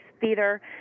theater